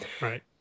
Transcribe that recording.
Right